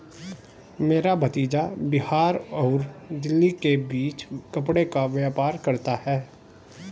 मेरा भतीजा बिहार और दिल्ली के बीच कपड़े का व्यापार करता है